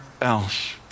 else